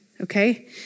okay